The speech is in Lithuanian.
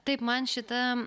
taip man šita